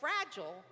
fragile